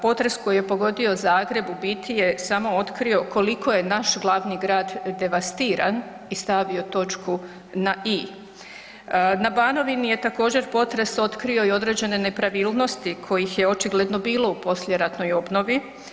Potres koji je pogodio Zagreb, u biti je samo otkrio koliko je naš glavni grad devastiran i stavio točku na i. Na Banovini je također, potres otkrio i određene nepravilnosti kojih je očigledno bilo u poslijeratnoj obnovi.